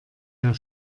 der